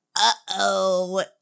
uh-oh